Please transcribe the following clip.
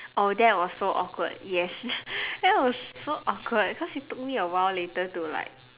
oh that was so awkward yes that was so awkward cause it took me a while later to like